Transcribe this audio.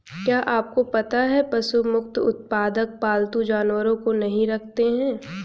क्या आपको पता है पशु मुक्त उत्पादक पालतू जानवरों को नहीं रखते हैं?